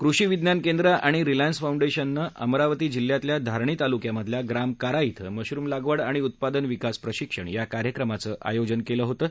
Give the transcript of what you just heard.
कृषी विज्ञान केंद्र आणि रिलायन्स फाउंडेशननं अमरावती जिल्ह्यातल्या धारणी तालुक्यामधल्या ग्राम कारा इथं मशरूम लागवड आणि उत्पादन विकास प्रशिक्षण या कार्यक्रमाचं आयोजन केलं होतं